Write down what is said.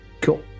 Cool